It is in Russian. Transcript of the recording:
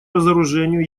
разоружению